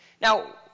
Now